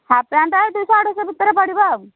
half pant ଦୁଇଶହ ଅଢ଼େଇଶହ ଭିତରେ ପଡ଼ିବ ଆଉ